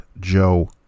Joe